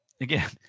again